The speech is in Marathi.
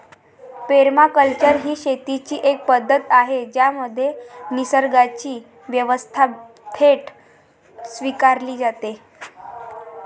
पेरमाकल्चर ही शेतीची एक पद्धत आहे ज्यामध्ये निसर्गाची व्यवस्था थेट स्वीकारली जाते